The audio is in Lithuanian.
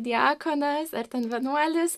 diakonas ar ten vienuolis